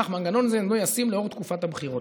אך מנגנון זה אינו ישים לאור תקופת הבחירות.